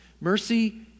Mercy